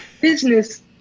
Business